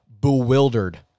bewildered